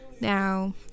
now